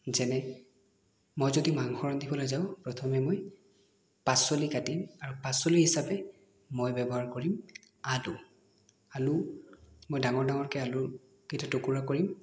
যেনে মই যদি মাংস ৰান্ধিবলৈ যাওঁ প্ৰথমে মই পাচলি কাটিম আৰু পাচলি হিচাপে মই ব্যৱহাৰ কৰিম আলু আলু মই ডাঙৰ ডাঙৰকৈ আলুকেইটা টুকুৰা কৰিম